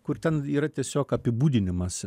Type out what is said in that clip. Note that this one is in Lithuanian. kur ten yra tiesiog apibūdinimas